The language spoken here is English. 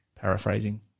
paraphrasing